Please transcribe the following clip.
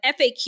FAQ